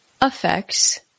affects